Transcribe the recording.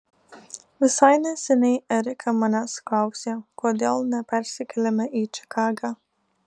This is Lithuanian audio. visai neseniai erika manęs klausė kodėl nepersikeliame į čikagą